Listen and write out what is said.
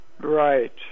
Right